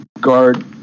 guard